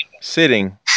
sitting